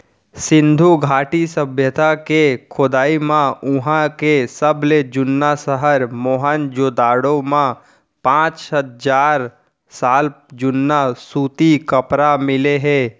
सिंधु घाटी सभ्यता के खोदई म उहां के सबले जुन्ना सहर मोहनजोदड़ो म पांच हजार साल जुन्ना सूती कपरा मिले हे